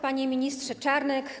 Panie Ministrze Czarnek!